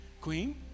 queen